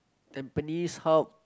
tampines Hub